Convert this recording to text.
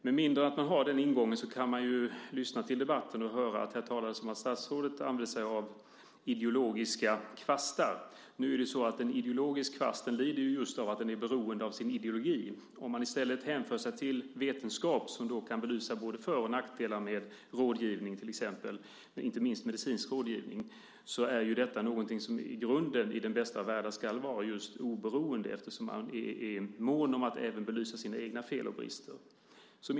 Med mindre än att man har den ingången kan man ju lyssna till debatten och höra att det talas om att statsrådet använder sig av ideologiska kvastar. Nu är det ju så att en ideologisk kvast just lider av att den är beroende av sin ideologi. Man kan i stället hänvisa till vetenskap som då kan belysa både för och nackdelar med rådgivning till exempel, inte minst medicinsk rådgivning. Detta är ju någonting som i grunden, i den bästa av världar, ska vara just oberoende, eftersom man är mån om att även belysa sina egna fel och brister.